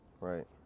Right